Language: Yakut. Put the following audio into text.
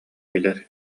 билэр